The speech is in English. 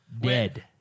dead